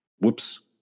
whoops